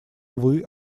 увы